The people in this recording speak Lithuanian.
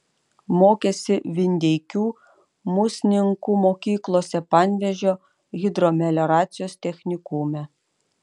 mokėsi vindeikių musninkų mokyklose panevėžio hidromelioracijos technikume